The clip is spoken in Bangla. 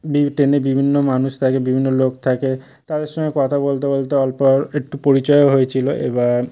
ভিড় ট্রেনে বিভিন্ন মানুষ থাকে বিভিন্ন লোক থাকে তাদের সঙ্গে কথা বলতে বলতে অল্প একটু পরিচয়ও হয়েছিল এবার